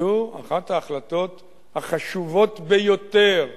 זו אחת ההחלטות החשובות ביותר.